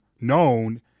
known